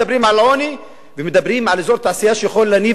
מדברים על עוני ומדברים על אזור תעשייה שיכול להניב